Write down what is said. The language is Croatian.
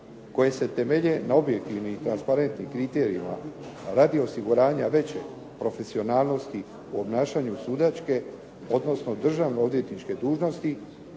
koje se temelje na objektivnim i transparentnim kriterijima radi osiguranja veće profesionalnosti u obnašanju sudačke, odnosno državno-odvjetničke dužnosti